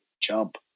jump